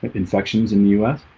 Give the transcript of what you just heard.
infections in the u s.